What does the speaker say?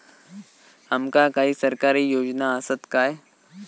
आमका काही सरकारी योजना आसत काय?